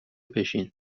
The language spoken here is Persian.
بشین